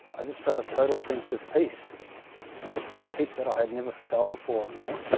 i just felt a total sense of peace that peace that i had never felt before you know.